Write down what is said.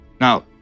Now